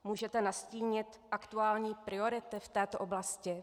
Můžete nastínit aktuální priority v této oblasti?